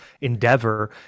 endeavor